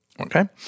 Okay